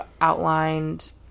outlined